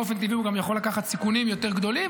באופן טבעי הוא גם יכול לקחת סיכונים יותר גדולים,